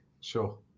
Sure